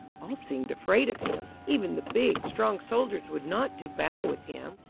all seemed afraid of him. even the big, strong soldiers would not do battle with him.